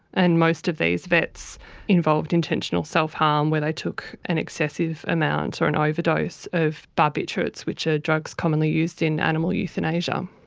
and most of these vets involved intentional self-harm where they took an excessive amount or an overdose of barbiturates, which are drugs commonly used in animal euthanasia.